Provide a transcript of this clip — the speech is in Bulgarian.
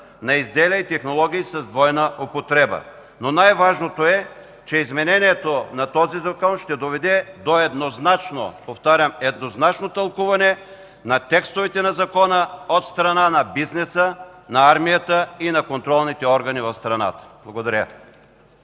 на изделия и технологии с двойна употреба. Но най-важното е, че изменението на този закон ще доведе до еднозначно, повтарям – еднозначно тълкуване на текстовете на закона от страна на бизнеса, на армията и на контролните органи в страната. Благодаря.